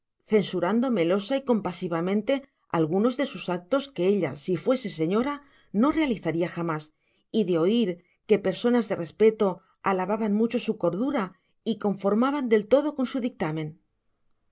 censurando melosa y compasivamente algunos de sus actos que ella si fuese señora no realizaría jamás y de oír que personas de respeto alababan mucho su cordura y conformaban del todo con su dictamen